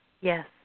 Yes